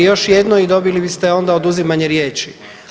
I još jednu i dobili biste onda oduzimanje riječi.